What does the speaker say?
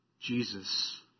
Jesus